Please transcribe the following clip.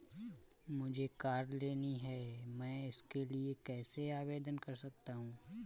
मुझे कार लेनी है मैं इसके लिए कैसे आवेदन कर सकता हूँ?